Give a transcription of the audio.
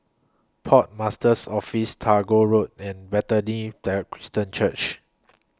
Port Master's Office Tagore Road and Bethany There Christian Church